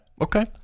Okay